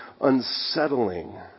unsettling